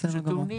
שטעונים